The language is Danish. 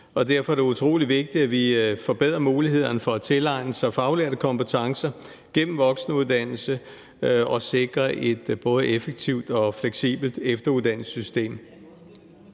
derfor er det utrolig vigtigt, at vi forbedrer mulighederne for at tilegne sig faglærte kompetencer gennem voksenuddannelse og sikrer et både effektivt og fleksibelt efteruddannelsessystem.